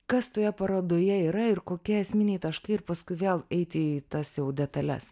kas toje parodoje yra ir kokie esminiai taškai ir paskui vėl eiti į tas detales